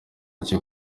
cyo